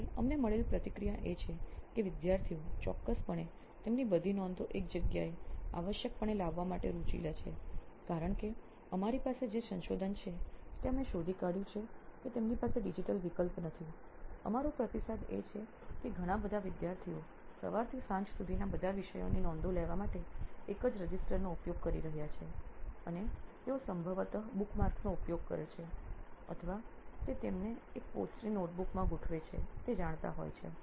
તેથી અમને મળેલ પ્રતિક્રિયા એ છે કે વિદ્યાર્થીઓ ચોક્કસપણે તેમની બધી નોંધો એક જગ્યાએ આવશ્યકપણે લાવવા માટે રુચિ લે છે કારણ કે અમારી પાસે જે સંશોધન છે તે અમે શોધી કાઢયું છે કે તેમની પાસે ડિજિટલ વિકલ્પ નથી અમારો પ્રતિસાદ એ છે કે ઘણા બધા વિદ્યાર્થીઓ સવારથી સાંજ સુધીના બધા વિષયોની નોંધો લેવા માટે એક જ રજિસ્ટરનો ઉપયોગ કરી રહ્યાં છે અને તેઓ સંભવત બુકમાર્ક્સનો ઉપયોગ કરે છે અથવા તે તમને એક પોસ્ટની નોટબુકમાં ગોઠવે છે તે જાણતા હોય છે